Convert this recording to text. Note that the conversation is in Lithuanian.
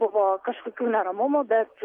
buvo kažkokių neramumų bet